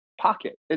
pocket